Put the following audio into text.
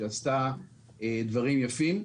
שעשתה דברים יפים,